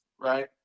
right